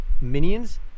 minions